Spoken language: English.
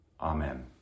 Amen